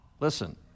Listen